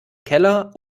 keller